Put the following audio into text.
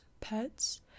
pets